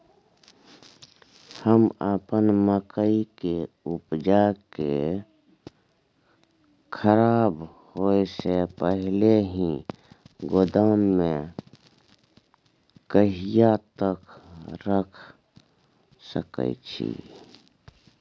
हम अपन मकई के उपजा के खराब होय से पहिले ही गोदाम में कहिया तक रख सके छी?